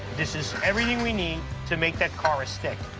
this is everything we need to make that car a stick.